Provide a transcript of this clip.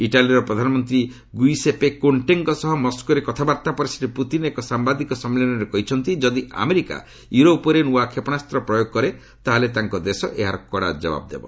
ଇଟାଲୀର ପ୍ରଧାନମନ୍ତ୍ରୀ ଗୁଇସେପେ କୋଷ୍ଟେଙ୍କ ସହ ମସ୍କୋରେ କଥାବାର୍ତ୍ତା ପରେ ଶ୍ରୀ ପ୍ରତିନ୍ ଏକ ସାୟାଦିକ ସମ୍ମିଳନୀରେ କହିଛନ୍ତି ଯଦି ଆମେରିକା ୟୁରୋପ୍ ଉପରେ ନୂଆ ଷେପଣାସ୍ତ ପ୍ରୟୋଗ କରେ ତାହାହେଲେ ତାଙ୍କ ଦେଶ ଏହାର କଡ଼ା ଯବାବ୍ ଦେବ